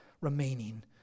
remaining